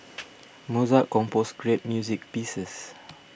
Mozart composed great music pieces